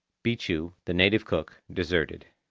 bichu, the native cook, deserted.